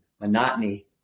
monotony